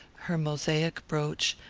her mosaic brooch,